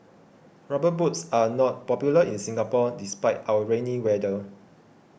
rubber boots are not popular in Singapore despite our rainy weather